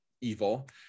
evil